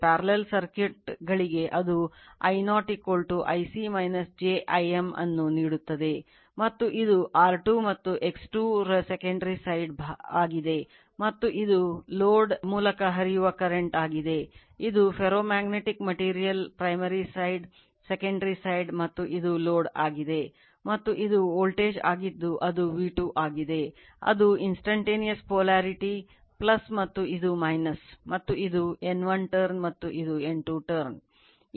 ಮತ್ತು ಇದು R2 ಮತ್ತು X2 ರ secondary side